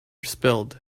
spilled